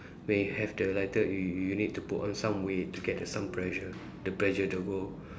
when you have the lighter you you you need to put on some weight to get the some pressure the pressure the go